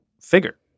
figure